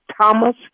Thomas